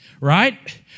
right